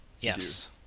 yes